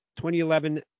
2011